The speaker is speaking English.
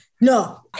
no